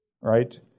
right